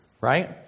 right